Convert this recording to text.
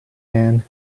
man